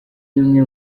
imwe